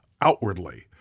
outwardly